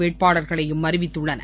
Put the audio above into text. வேட்பாளர்களையும் அறிவித்துள்ளன